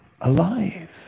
alive